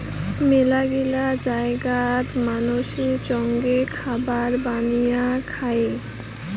মেলাগিলা জায়গাত মানসি চঙে খাবার বানায়া খায়ং